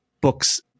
books